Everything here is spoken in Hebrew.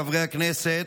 חברי הכנסת,